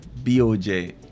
boj